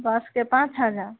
बसके पाँच हजार